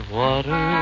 water